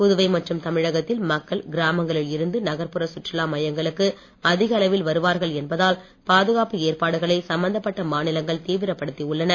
புதுவை மற்றும் தமிழகத்தில் மக்கள் கிராமங்களில் இருந்து நகர்ப்புற சுற்றுலா மையங்களுக்கு அதிக அளவில் மக்கள் வருவார்கள் என்பதால் பாதுகாப்பு ஏற்பாடுகளை சம்பந்தப்பட்ட மாநிலங்கள் தீவிரப்படுத்தி உள்ளன